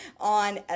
on